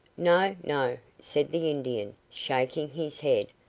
no no! said the indian, shaking his head,